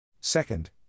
Second